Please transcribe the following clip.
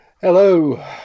Hello